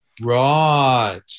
right